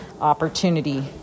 opportunity